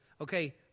Okay